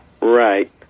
Right